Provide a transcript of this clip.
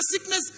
sickness